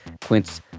Quince